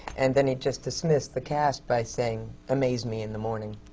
and then he'd just dismiss the cast by saying, amaze me in the morning.